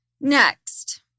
Next